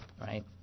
right